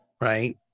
Right